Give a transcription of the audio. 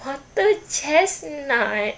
water chestnut